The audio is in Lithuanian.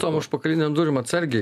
tom užpakalinėm durim atsargiai